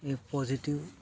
એક પોઝિટીવ